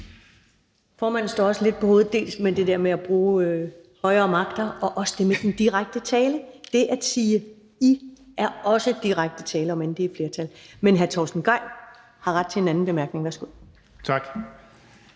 Formanden står også lidt på hovedet, dels på grund af det der med at tale om højere magter, dels på grund af det der med den direkte tiltale. Det at sige I er også direkte tiltale, om end det er i flertal. Men hr. Torsten Gejl har ret til en anden korte bemærkning. Værsgo. Kl.